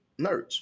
nerds